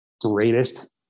greatest